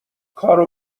کارو